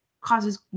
causes